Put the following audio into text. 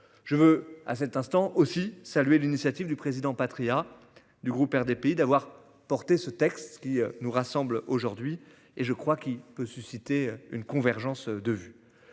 je veux à cet instant aussi salué l'initiative du président Patriat du groupe RDPI d'avoir porté ce texte ce qui nous rassemble aujourd'hui et je crois qu'il peut susciter une convergence de vues.